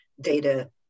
data